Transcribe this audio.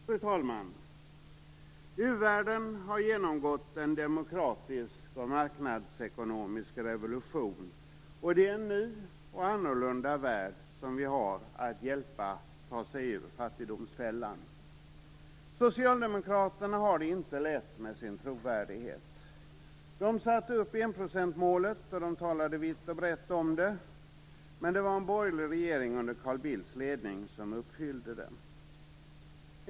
Fru talman! U-världen har genomgått en demokratisk och marknadsekonomisk revolution. Det är en ny och annorlunda värld som vi har att hjälpa att ta sig ur fattigdomsfällan. Socialdemokraterna har det inte lätt med sin trovärdighet. De satte upp enprocentsmålet och talade vitt och brett om det, men det var en borgerlig regering under Carl Bildts ledning som uppfyllde det.